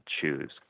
choose